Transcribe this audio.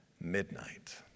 midnight